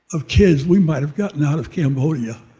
of kids we might have gotten out of cambodia